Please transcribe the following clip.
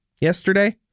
yesterday